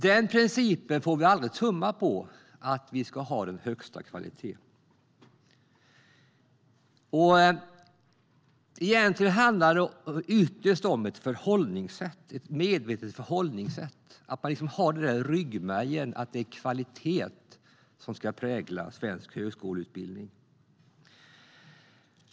Den principen, att vi ska ha den högsta kvaliteten, får vi aldrig tumma på. Ytterst handlar det om ett medvetet förhållningssätt, att man har i ryggmärgen att det är kvalitet som ska prägla svensk högskoleutbildning.